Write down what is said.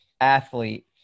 athlete